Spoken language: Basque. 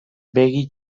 begi